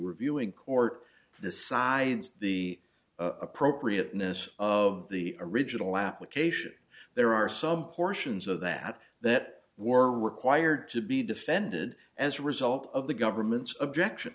reviewing court decides the appropriateness of the original application there are some portions of that that were required to be defended as a result of the government's objection